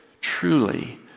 truly